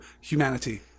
humanity